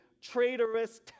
traitorous